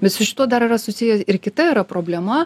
bet su šituo dar yra susiję ir kita yra problema